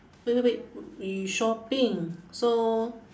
wait wait wait we shopping so